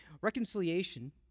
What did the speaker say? reconciliation